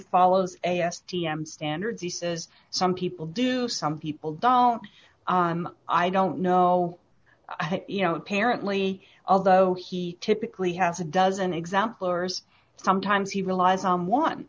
follow a s t m standards he says some people do some people don't i don't know you know apparently although he typically has a dozen example hours sometimes he relies on one